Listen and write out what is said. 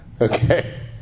Okay